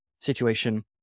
situation